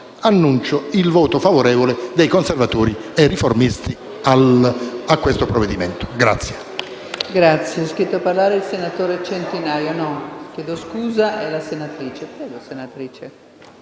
annuncio il voto favorevole dei Conservatori e Riformisti su questo provvedimento.